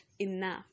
enough